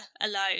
alone